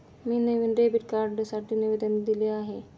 मी नवीन डेबिट कार्डसाठी निवेदन दिले आहे